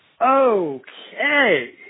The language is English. Okay